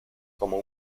como